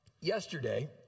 yesterday